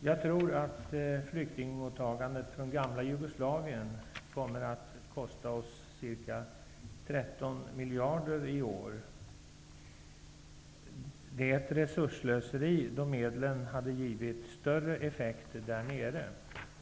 Jag tror att flyktingmottagandet från det gamla Jugoslavien kommer att kosta oss ca 13 miljarder i år. Det är ett resursslöseri eftersom medlen hade givit större effekt i Jugoslavien.